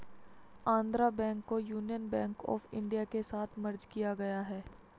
Andhra bank को Union Bank of India के साथ मर्ज किया गया है